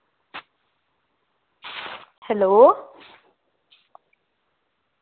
hello